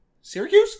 Syracuse